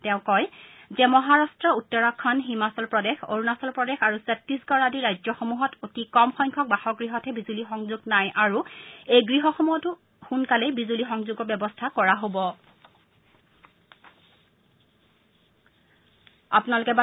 তেওঁ কয় যে মহাৰট্ট উত্তৰাখণ্ড হিমাচল প্ৰদেশ অৰুণাচল প্ৰদেশ আৰু ছত্তিছগড় আদি ৰাজ্যসমূহত অতি কম সংখ্যক বাসগৃহতহে বিজুলী সংযোগ নাই আৰু এই গৃহসমূহতো সোনকালেই বিজুলী সংযোগৰ ব্যৱস্থা কৰা হব